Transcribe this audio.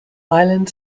island